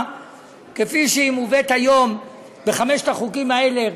כפי שהיא מובאת היום בחמשת החוקים האלה,